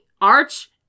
arch